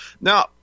Now